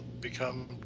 become